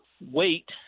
Wait